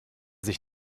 sich